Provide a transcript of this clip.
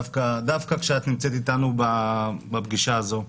דווקא כשאת נמצאת אתנו בפגישה הזאת.